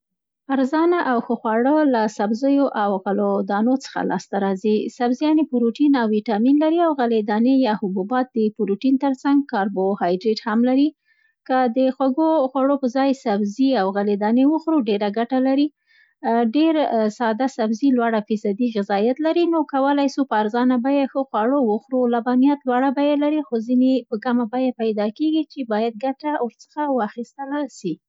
ارزانه او ښه خواړه له سبزیو او غلو دانو څخه لاسته راتلای سي. سبزيانې پروټین او ویټامین لري او غلې دانې یا حبوبات د پروټین تر څنګ کاربوهایدرت هم لري، که د خوږو خوړو پر ځای سبزي او غلې دانې وخورو دېره ګټه لري. ډېر ساده سبزي لوړه فیصدي غذایت لري، نو کولای سو، په ارزانه بیه ښه خواړه وخورو، لبنیات لوړه بیه لري، خو ځیني یې په کمه بیه پیدا کېږي چې باید ګټه ورڅخه واخیستله سي.